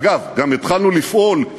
אגב, גם התחלנו לפעול,